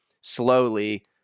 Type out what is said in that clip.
slowly